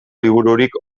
libururik